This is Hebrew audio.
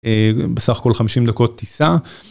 בסך הכל 50 דקות טיסה